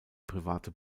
private